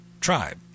tribe